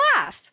laugh